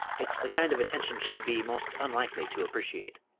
it's the kind of attention she'd be most unlikely to appreciate.